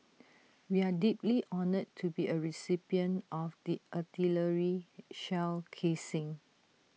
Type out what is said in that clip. we are deeply honoured to be A recipient of the artillery shell casing